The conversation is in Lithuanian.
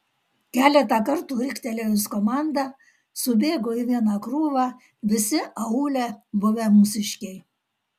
keletą kartų riktelėjus komandą subėgo į vieną krūvą visi aūle buvę mūsiškiai